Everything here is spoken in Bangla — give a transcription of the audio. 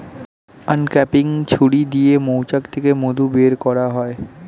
আনক্যাপিং ছুরি দিয়ে মৌচাক থেকে মধু বের করা হয়